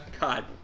God